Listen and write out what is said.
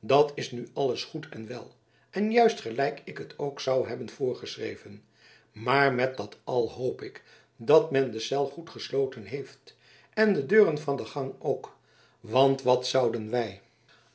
dat is nu alles goed en wel en juist gelijk ik het ook zou hebben voorgeschreven maar met dat al hoop ik dat men de cel goed gesloten heeft en de deuren van de gang ook want wat zouden wij